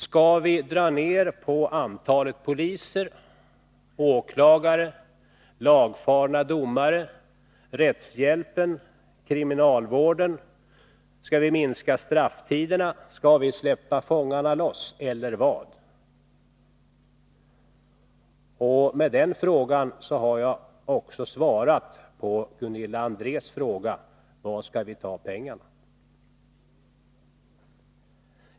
Skall vi dra ner på antalet poliser, åklagare, lagfarna domare, rättshjälpen eller kriminalvården? Skall vi minska strafftiderna, skall vi släppa fångarna loss eller vad skall vi göra? Med de frågorna har jag också svarat på Gunilla Andrés fråga: Var skall vi ta pengarna?